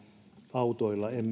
autoilla